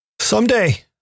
someday